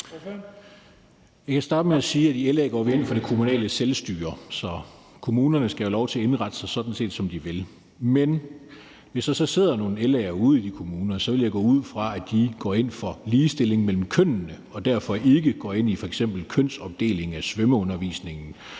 Jeg kan starte med at sige, at i LA går vi ind for det kommunale selvstyre. Så kommunerne skal sådan set have lov til at indrette sig, som de vil. Men hvis der så sidder nogle LA'ere ude i de kommuner, vil jeg gå ud fra, at de går ind for ligestilling mellem kønnene og derfor ikke går ind for f.eks. kønsopdeling af svømmeundervisningen